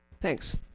thanks